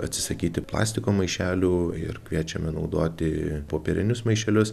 atsisakyti plastiko maišelių ir kviečiame naudoti popierinius maišelius